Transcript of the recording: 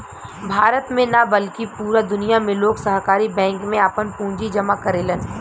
भारत में ना बल्कि पूरा दुनिया में लोग सहकारी बैंक में आपन पूंजी जामा करेलन